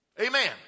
Amen